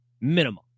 Minimum